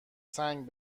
سنگ